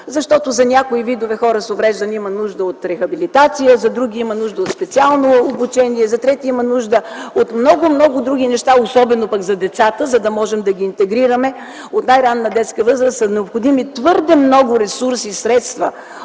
Защото за някои видове хора с увреждане има нужда от рехабилитация, за други има нужда от специално обучение, за трети има нужда от много, много други неща, особено пък за децата. За да можем да ги интегрираме от най-ранна детска възраст, са необходими твърде много ресурси, средства,